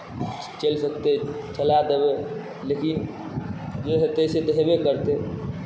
चलि सकतै चला देबै लेकिन जे हेतै से तऽ हेबे करतै